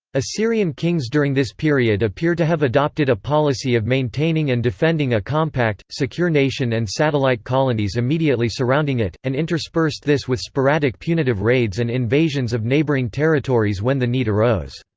assyrian kings during this period appear to have adopted a policy of maintaining and defending a compact, secure nation and satellite colonies immediately surrounding it, and interspersed this with sporadic punitive raids and invasions of neighbouring territories when the need arose.